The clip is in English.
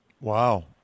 Wow